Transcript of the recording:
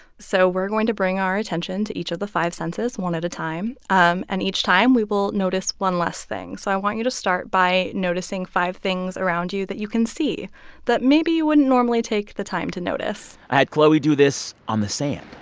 so we're going to bring our attention to each of the five senses one at a time. um and each time, we will notice one less thing. so i want you to start by noticing five things around you that you can see that maybe you wouldn't normally take the time to notice i had chloe do this on the sand